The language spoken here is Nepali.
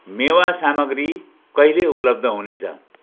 मेवा सामग्री कहिले उपलब्ध हुनेछ